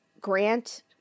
grant